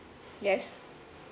yes